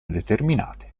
determinate